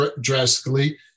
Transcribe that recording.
drastically